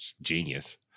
genius